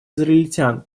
израильтян